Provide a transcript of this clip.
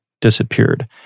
disappeared